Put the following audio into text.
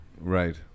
right